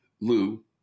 Lou